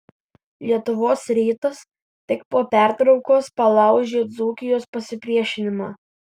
lietuvos rytas tik po pertraukos palaužė dzūkijos pasipriešinimą